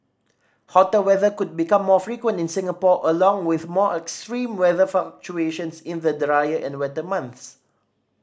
hotter weather could become more frequent in Singapore along with more extreme weather fluctuations in the drier and wetter months